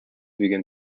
began